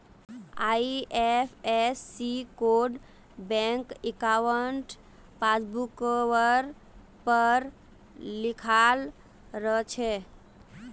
IFSC code bank अंकाउट पासबुकवर पर लिखाल रह छेक